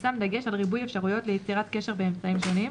יושם דגש על ריבוי אפשרויות ליצירת קשר באמצעים שונים,